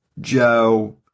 Joe